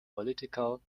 political